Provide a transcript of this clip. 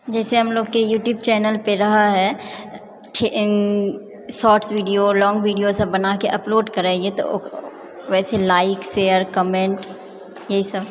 जइसे हमलोगके YouTube चैनलपर रहऽ हैय ठी शॉर्ट्स वीडियो लोंग वीडियो सभ बनाके अपलोड करैए तऽ वैसे लाइक शेयर कमेन्ट ये सभ